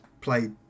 played